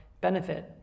benefit